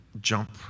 jump